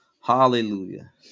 Hallelujah